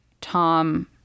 Tom